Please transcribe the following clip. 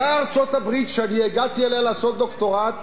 אותה ארצות-הברית, שאני הגעתי אליה לעשות דוקטורט,